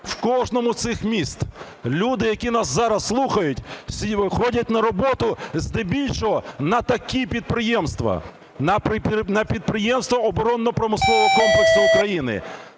В кожному з цих міст люди, які нас зараз слухають, ходять на роботу здебільшого на такі підприємства, на підприємства оборонно-промислового комплексу України.